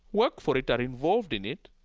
work for it, are involved in it,